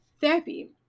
therapy